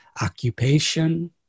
occupation